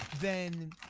then